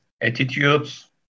attitudes